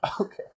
Okay